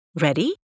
Ready